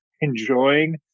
enjoying